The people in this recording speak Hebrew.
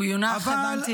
הוא יונח, הבנתי.